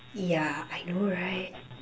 yeah I know right